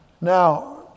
Now